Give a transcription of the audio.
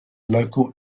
local